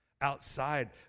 outside